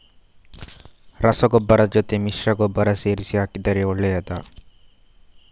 ರಸಗೊಬ್ಬರದ ಜೊತೆ ಮಿಶ್ರ ಗೊಬ್ಬರ ಸೇರಿಸಿ ಹಾಕಿದರೆ ಒಳ್ಳೆಯದಾ?